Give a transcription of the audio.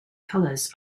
colors